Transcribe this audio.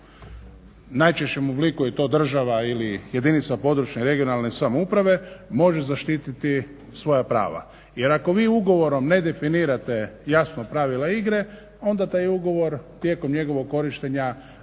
najčešćem obliku je to država ili jedinica područne i regionalne samouprave može zaštiti svoja prava. Jer ako vi ugovorom ne definirate jasno pravila igre onda taj ugovor tijekom njegovog korištenja